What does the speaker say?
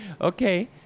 Okay